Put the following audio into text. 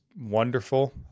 wonderful